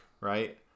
right